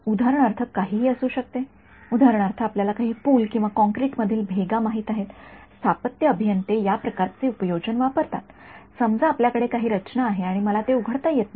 उदाहरणार्थ काहीही असू शकते उदाहरणार्थ आपल्याला काही पूल किंवा काँक्रीट मधील भेगा माहित आहेत स्थापत्य अभियंते या प्रकारचे उपयोजन वापरतात समजा माझ्याकडे काही रचना आहे आणि मला ते उघडता येत नाही